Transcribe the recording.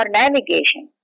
navigation